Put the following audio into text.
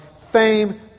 fame